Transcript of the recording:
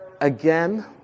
Again